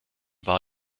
war